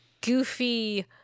goofy